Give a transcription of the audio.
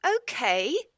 okay